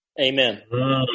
Amen